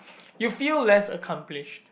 you feel less accomplished